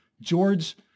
George